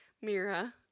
Mira